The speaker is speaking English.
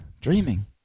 dreaming